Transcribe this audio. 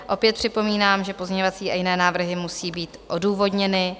Opět připomínám, že pozměňovací a jiné návrhy musí být odůvodněny.